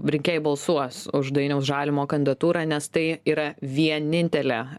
rinkėjai balsuos už dainiaus žalimo kandidatūrą nes tai yra vienintelė